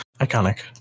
Iconic